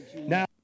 Now